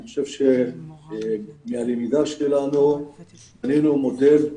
אני חושב שמהלמידה שלנו בנינו מודל טוב.